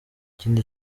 ikindi